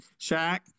Shaq